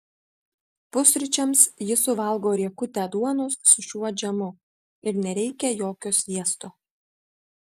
pusryčiams ji suvalgo riekutę duonos su šiuo džemu ir nereikia jokio sviesto